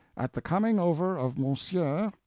at the coming over of monsieur,